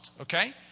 okay